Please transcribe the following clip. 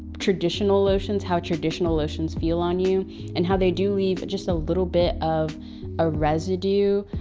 traditional lotions, how traditional lotions feel on you and how they do leave just a little bit of a residue,